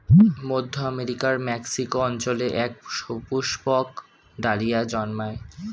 মধ্য আমেরিকার মেক্সিকো অঞ্চলে এক সুপুষ্পক ডালিয়া জন্মায়